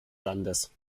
landes